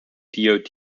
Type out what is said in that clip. dod